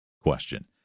question